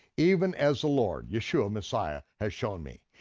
even as the lord, yeshua messiah, has shown me.